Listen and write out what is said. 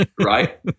Right